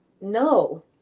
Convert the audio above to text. No